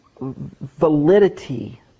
validity